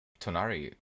Tonari